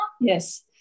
yes